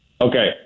Okay